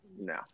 No